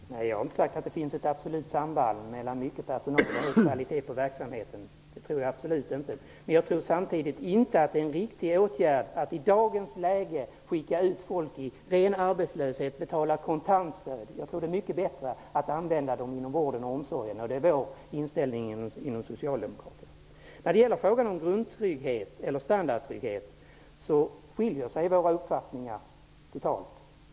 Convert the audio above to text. Herr talman! Nej, jag har inte sagt att det finns ett absolut samband mellan mycket personal och hög kvalitet på verksamheten. Det tror jag absolut inte att det finns. Men jag tror samtidigt inte att det är en riktig åtgärd att i dagens läge skicka ut folk i ren arbetslöshet och betala kontantstöd för dem. Jag tror att det är mycket bättre att använda dem inom vården och omsorgen -- det är vår inställning inom socialdemokratin. När det gäller frågan om grundtrygghet eller standardtrygghet skiljer sig våra uppfattningar totalt.